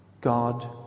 God